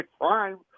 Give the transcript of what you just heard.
crime